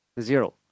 Zero